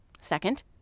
Second